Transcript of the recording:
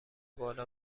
بالا